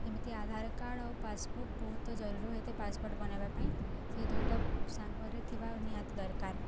ଯେମିତି ଆଧାର କାର୍ଡ଼ ଆଉ ପାସ୍ବୁକ୍ ବହୁତ ଜରୁରୀ ହୋଇଥାଏ ପାସପୋର୍ଟ ବନେଇବା ପାଇଁ ସେ ଦୁଇଟା ସାଙ୍ଗରେ ଥିବା ନିହାତି ଦରକାର